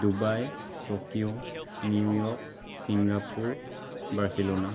Dubai Tokyo New York Singapore Barcelona